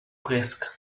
presque